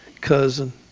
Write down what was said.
cousin